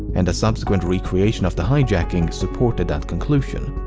and a subsequent recreation of the hijacking supported that conclusion.